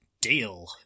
deal